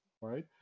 right